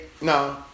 no